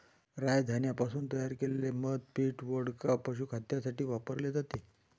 राय धान्यापासून तयार केलेले मद्य पीठ, वोडका, पशुखाद्यासाठी वापरले जाते